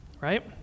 right